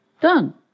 Done